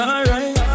Alright